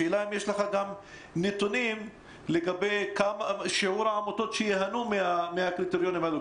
השאלה אם יש לך גם נתונים לגבי שיעור העמותות שייהנו מהקריטריונים האלה.